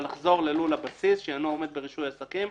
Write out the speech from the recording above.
אבל לחזור ללול הבסיס שאינו עומד ברישוי עסקים,